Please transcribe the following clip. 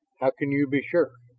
how can you be sure?